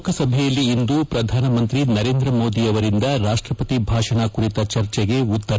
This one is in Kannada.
ಲೋಕಸಭೆಯಲ್ಲಿ ಇಂದು ಪ್ರಧಾನಮಂತ್ರಿ ನರೇಂದ್ರ ಮೋದಿ ಅವರಿಂದ ರಾಷ್ಟ ಪತಿ ಭಾಷಣ ಕುರಿತ ಚರ್ಚೆಗೆ ಉತ್ತರ